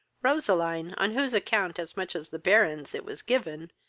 roseline, on whose account, as much as the baron's, it was given,